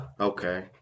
Okay